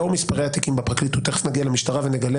לאור מספרי התיקים בפרקליטות תכף נגיע למשטרה ונגלה